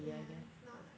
yeah it's not